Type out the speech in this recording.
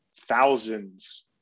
thousands